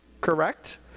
correct